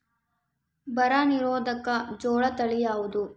ಬರ ನಿರೋಧಕ ಜೋಳ ತಳಿ ಯಾವುದು?